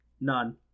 None